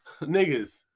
niggas